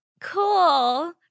cool